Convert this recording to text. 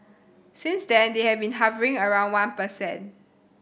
since then they have been hovering around one per cent